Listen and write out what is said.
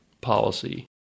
policy